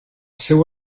seu